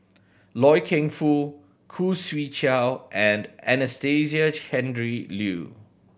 Loy Keng Foo Khoo Swee Chiow and Anastasia Tjendri Liew